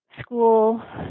school